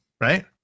right